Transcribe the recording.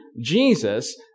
Jesus